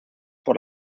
por